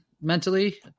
Mentally